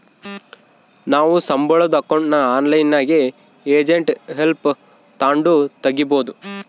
ನಾವು ಸಂಬುಳುದ್ ಅಕೌಂಟ್ನ ಆನ್ಲೈನ್ನಾಗೆ ಏಜೆಂಟ್ ಹೆಲ್ಪ್ ತಾಂಡು ತಗೀಬೋದು